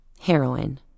heroin